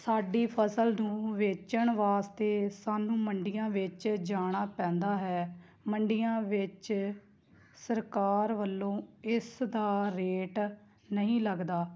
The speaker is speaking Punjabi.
ਸਾਡੀ ਫਸਲ ਨੂੰ ਵੇਚਣ ਵਾਸਤੇ ਸਾਨੂੰ ਮੰਡੀਆਂ ਵਿੱਚ ਜਾਣਾ ਪੈਂਦਾ ਹੈ ਮੰਡੀਆਂ ਵਿੱਚ ਸਰਕਾਰ ਵੱਲੋਂ ਇਸ ਦਾ ਰੇਟ ਨਹੀਂ ਲੱਗਦਾ